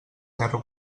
ferro